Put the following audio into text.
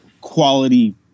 quality